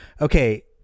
okay